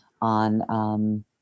on